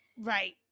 Right